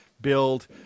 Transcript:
build